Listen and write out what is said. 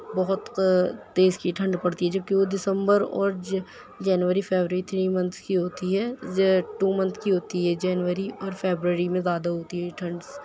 بہت تیز کی ٹھنڈ پڑتی ہے جبکہ وہ دسمبر اور ج جنوری فیبرری تھری منتھ کی ہوتی ہے زے ٹو منتھ کی ہوتی ہے جنوری اور فیبرری میں زیادہ ہوتی ہے ٹھنڈ